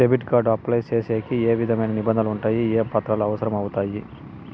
Debit card apply సేసేకి ఏ విధమైన నిబంధనలు ఉండాయి? ఏ పత్రాలు అవసరం అవుతాయి?